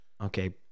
okay